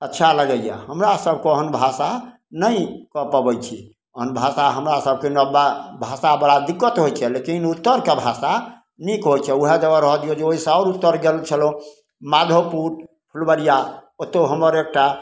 अच्छा लगइए हमरा सबके ओहन भाषा नहि कऽ पबय छी ओहन भाषा हमरा सबके नव भाषा बड़ा दिक्कत होइ छै लेकिन उत्तरके भाषा नीक होइ छै ओएह जगह रहऽ दियौ जे ओहिसँ आओर उत्तर गेल छलहुँ माधोपुर फुलबरिया ओतौ हमर एकटा